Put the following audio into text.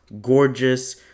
gorgeous